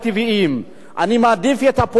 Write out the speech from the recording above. אני מעדיף את הפוליטיקה הקטנה,